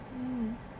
mm